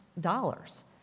dollars